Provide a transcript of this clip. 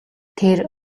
тэр